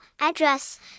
address